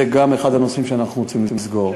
זה גם אחד הנושאים שאנחנו רוצים לסגור.